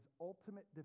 ultimate